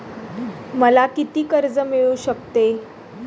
मला किती कर्ज मिळू शकते?